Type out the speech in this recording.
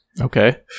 Okay